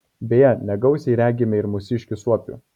beje negausiai regime ir mūsiškių suopių